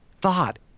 thought